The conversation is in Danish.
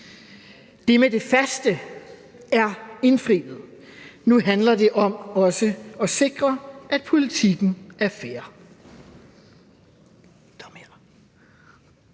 Det med det faste er indfriet. Nu handler det også om at sikre, at politikken er fair.